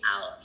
out